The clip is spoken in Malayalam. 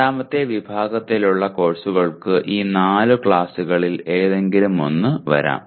രണ്ടാമത്തെ വിഭാഗത്തിലുള്ള കോഴ്സുകൾക്ക് ഈ നാല് ക്ലാസുകളിൽ ഏതെങ്കിലും ഒന്ന് വരാം